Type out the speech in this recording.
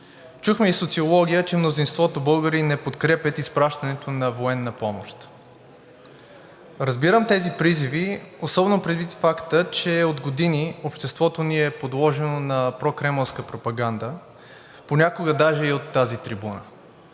Чухме и социология, че мнозинството българи не подкрепят изпращането на военна помощ. Разбирам тези призиви, особено предвид факта, че от години обществото ни е подложено на прокремълска пропаганда, понякога даже и от тази трибуна.